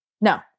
No